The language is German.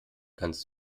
kannst